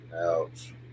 Ouch